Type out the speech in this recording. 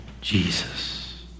Jesus